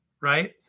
right